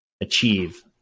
achieve